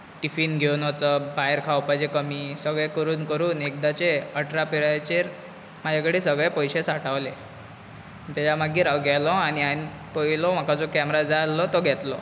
tiffin घेवन वचप भायर खावपाचें कमी सगळें करून करून एकदाचें अठरा पिरायेचेर म्हाजे कडेन सगळे पयशे सांठवले तेन्ना मागीर हांव गेलो आनी पयलो म्हाका जो केमेरा जाय आसलो तो घेतलो